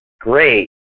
great